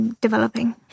developing